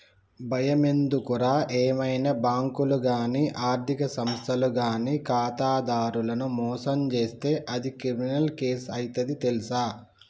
బయమెందుకురా ఏవైనా బాంకులు గానీ ఆర్థిక సంస్థలు గానీ ఖాతాదారులను మోసం జేస్తే అది క్రిమినల్ కేసు అయితది తెల్సా